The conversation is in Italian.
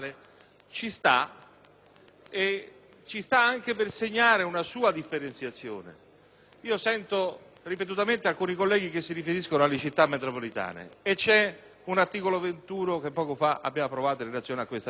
e ci sta anche per segnare una sua differenziazione. Sento ripetutamente alcuni colleghi che si riferiscono alle Città metropolitane e c'è un articolo 21 che poco fa abbiamo approvato in relazione a tale vicenda,